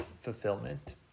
fulfillment